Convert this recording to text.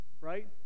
right